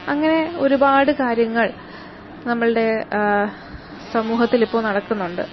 അങ്ങനെ ഒരുപാട് കാര്യങ്ങൾ നമ്മളുടെ സമൂഹത്തിലിപ്പോൾ നടക്കുന്നുണ്ട്